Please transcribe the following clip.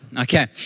Okay